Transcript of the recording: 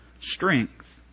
strength